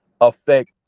affect